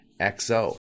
XO